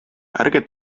ärge